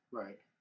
right